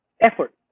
effort